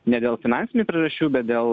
ne dėl finansinių priežasčių bet dėl